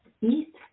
eat